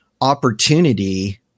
opportunity